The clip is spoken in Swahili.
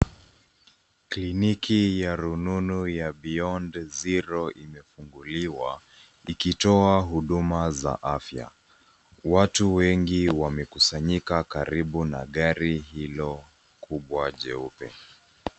Kliniki ya rununu ya Beyond Zero imefunguliwa ikitoa huduma za afya. Watu wengi wamekusanyika karibu na gari hilo kubwa jeupe.